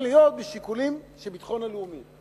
להיות משיקולים של הביטחון הלאומי.